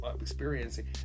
experiencing